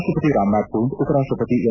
ರಾಷ್ಟಪತಿ ರಾಮನಾಥ್ ಕೋವಿಂದ್ ಉಪ ರಾಷ್ಟಪತಿ ಎಂ